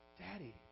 Daddy